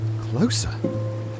Closer